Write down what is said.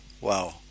wow